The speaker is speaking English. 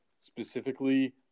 specifically